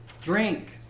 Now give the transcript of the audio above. drink